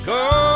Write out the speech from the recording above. go